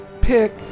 pick